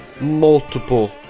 multiple